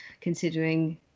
considering